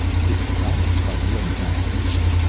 fifty dollars by your own evaluation.